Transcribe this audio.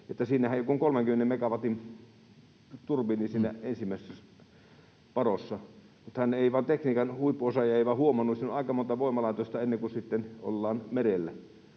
kuin 30 megawatin turbiini, siinä ensimmäisessä padossa. Mutta hän, tekniikan huippuosaaja, ei vain huomannut, että siinä on aika monta voimalaitosta ennen kuin sitten ollaan merellä